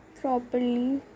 properly